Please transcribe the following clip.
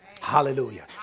Hallelujah